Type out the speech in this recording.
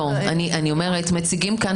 מציגים כאן